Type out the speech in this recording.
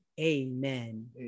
Amen